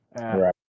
Right